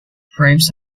frames